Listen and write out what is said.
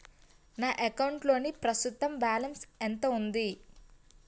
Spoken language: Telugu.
నా అకౌంట్ లోని ప్రస్తుతం బాలన్స్ ఎంత ఉంది?